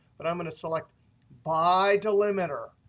but i'm going to select by delimiter.